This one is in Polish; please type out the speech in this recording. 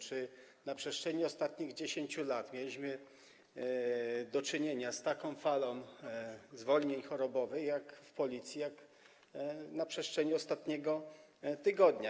Czy na przestrzeni ostatnich 10 lat mieliśmy do czynienia z taką falą zwolnień chorobowych w Policji, jak na przestrzeni ostatniego tygodnia?